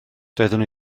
doeddwn